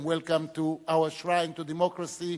welcome to our shrine to democracy,